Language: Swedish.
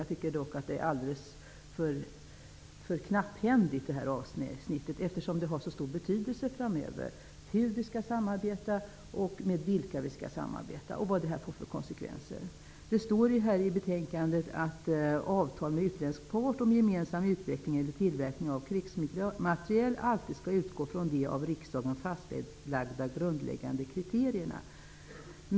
Jag tycker dock att avsnittet är alldeles för knapphändigt, eftersom frågorna om hur och med vilka vi skall samarbeta och vad det får för konsekvenser framöver har så stor betydelse. Det står i betänkandet att avtal med utländsk part om gemensam utveckling eller tillverkning av krigsmateriel alltid skall utgå från de av riksdagen fastlagda grundläggande kriterierna.